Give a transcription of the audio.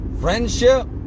friendship